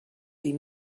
die